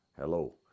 hello